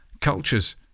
cultures